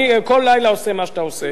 אני כל לילה עושה מה שאתה עושה.